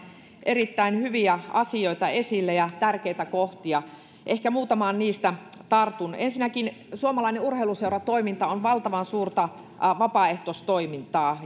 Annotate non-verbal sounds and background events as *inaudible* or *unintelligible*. erittäin hyviä asioita esille ja tärkeitä kohtia ehkä muutamaan niistä tartun ensinnäkin suomalainen urheiluseuratoiminta on valtavan suurta vapaaehtoistoimintaa *unintelligible*